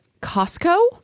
Costco